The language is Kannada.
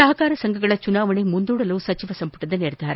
ಸಹಕಾರ ಸಂಘಗಳ ಚುನಾವಣೆ ಮುಂದೂಡಲು ಸಚಿವ ಸಂಪುಟ ತೀರ್ಮಾನ